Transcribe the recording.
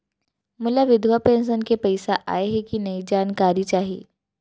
मोला विधवा पेंशन के पइसा आय हे कि नई जानकारी चाही?